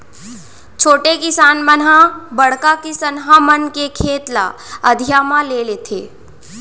छोटे किसान मन ह बड़का किसनहा मन के खेत ल अधिया म ले लेथें